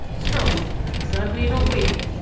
strong certainly not weak.